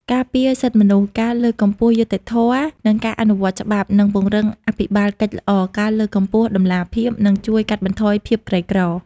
ការពារសិទ្ធិមនុស្ស ការលើកកម្ពស់យុត្តិធម៌ និងការអនុវត្តច្បាប់ និងពង្រឹងអភិបាលកិច្ចល្អ ការលើកកម្ពស់តម្លាភាព និងជួយកាត់បន្ថយភាពក្រីក្រ។